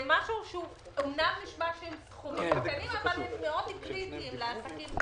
זה נשמע שמדובר בסכומים קטנים אבל זה מאוד קריטיים לעסקים,